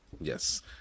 Yes